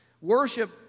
worship